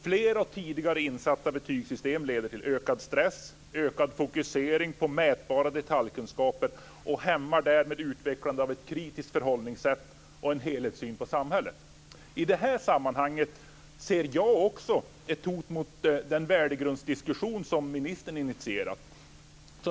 Fler och tidigare insatta betygssystem leder till ökad stress och till en ökad fokusering på mätbara detaljkunskaper och hämmar därmed utvecklandet av ett kritiskt förhållningssätt och en helhetssyn på samhället. I det här sammanhanget ser jag också ett hot mot den värdegrundsdiskussion som ministern har initierat.